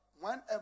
whenever